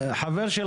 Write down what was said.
חבר הכנסת בן ברק,